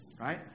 right